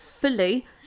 fully